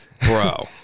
Bro